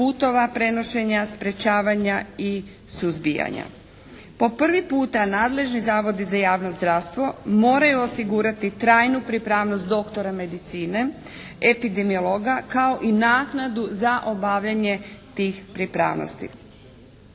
putova prenošenja, sprečavanja i suzbijanja. Po prvi puta nadležni zavodi za javno zdravstvo moraju osigurati trajnu pripravnost doktora medicine, epidemiologa kao i naknadu za obavljanje tih pripravnosti.